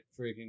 Freaking